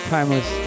Timeless